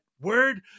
word